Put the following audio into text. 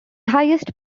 highest